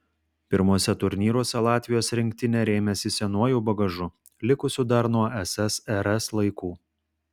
pirmuose turnyruose latvijos rinktinė rėmėsi senuoju bagažu likusiu dar nuo ssrs laikų